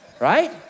right